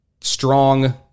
strong